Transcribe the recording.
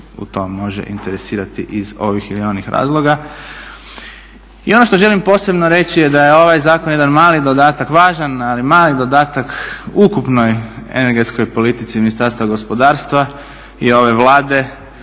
u tom može interesirati iz ovih ili onih razloga. I ono što želim posebno reći da je ovaj zakon jedan mali dodatak, važan ali mali dodatak ukupnoj energetskoj politici Ministarstva gospodarstva i ove Vlade.